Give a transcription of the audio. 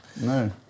No